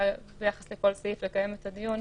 וביחס לכל סעיף לקיים את הדיון,